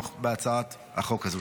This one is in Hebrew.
שהצטרף אליי להגיש את הצעת החוק החשובה הזו,